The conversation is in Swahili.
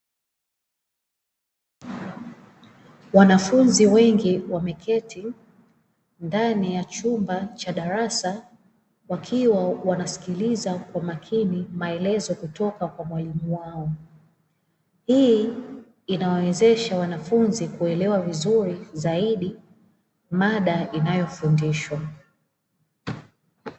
Wanafunzi wengi wameketi ndani ya chumba cha darasa wakiwa wanaskiliza kwa makini maelezo kutoka kwa mwalimu wao. Hii inawawezesha wanafunzi kuweza kuelewa vizuri zaidi mada inayofundishwa.